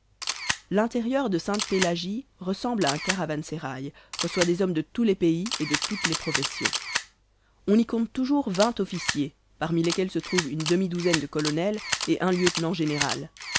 l'intérieur de sainte-pélagie ressemble à un caravansérail reçoit des hommes de tous les pays et de toutes les professions on y compte toujours vingt officiers parmi lesquels se trouvent une demi-douzaine de colonels et un lieutenant-général